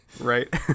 Right